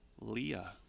Leah